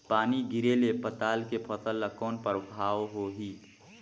पानी गिरे ले पताल के फसल ल कौन प्रभाव होही?